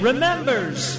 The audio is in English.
Remembers